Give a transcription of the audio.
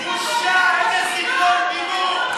בושה, איזה סגנון דיבור.